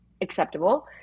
acceptable